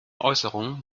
äußerungen